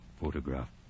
photograph